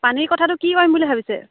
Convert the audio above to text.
পানীৰ কথাটো কি কৰিম বুলি ভাবিছে